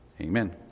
Amen